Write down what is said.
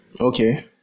Okay